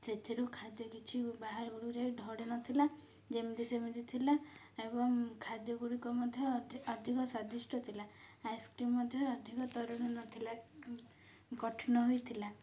ସେଥିରୁ ଖାଦ୍ୟ କିଛି ବାହାର ପଟକୁ ଯାଇ ଢଟେ ନଥିଲା ଯେମିତି ସେମିତି ଥିଲା ଏବଂ ଖାଦ୍ୟ ଗୁଡ଼ିକ ମଧ୍ୟ ଅଧି ଅଧିକ ସ୍ୱାଦିଷ୍ଟ ଥିଲା ଆଇସ୍କ୍ରିମ୍ ମଧ୍ୟ ଅଧିକ ତରଳ ନଥିଲା କଠିନ ହୋଇଥିଲା